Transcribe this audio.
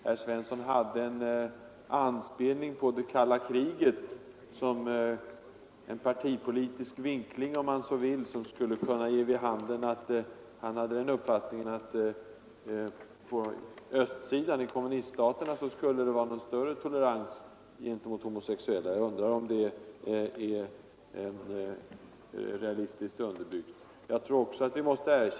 Herr Svensson gjorde en ånspelning på det kalla kriget — en partipolitisk vinkling om man så vill — som skulle kunna tolkas som att han hade den uppfattningen, att det i kommuniststaterna skulle råda större tolerans gentemot homosexuella. Jag undrar om det är fallet.